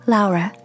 Laura